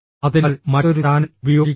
അതിനാൽ മറ്റൊരു ചാനൽ ഉപയോഗിക്കുക